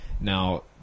Now